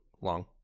long